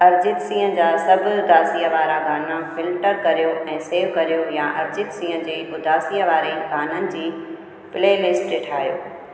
अरिजीत सिंह जा सभु उदासीअ वारा गाना फिल्टर करियो ऐं सेव करियो या अरिजीत सिंह जे उदासीअ वारे गाननि जी प्लेलिस्ट ठाहियो